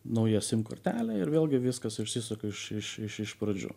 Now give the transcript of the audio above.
nauja sim kortelė ir vėlgi viskas užsisuka iš iš š iš pradžių